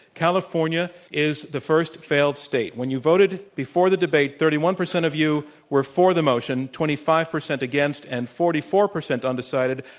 california is the first failed state, when you voted before the debate, thirty one percent of you were for the motion, twenty five percent against, and forty four percent undecided.